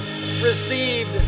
received